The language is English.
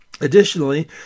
Additionally